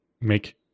make